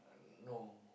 no